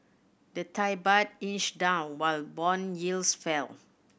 the Thai Baht inched down while bond yields fell